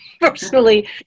personally